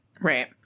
Right